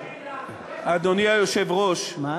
עכשיו, זו השאלה, אדוני היושב-ראש, מה?